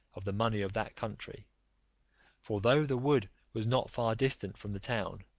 of the money of that country for though the wood was not far distant from the town,